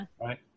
Right